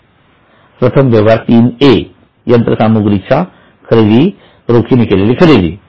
प्रथम व्यवहार 3 A यंत्र यंत्रसामग्रीची रोखीने केलेली खरेदी